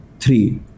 three